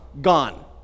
gone